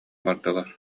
бардылар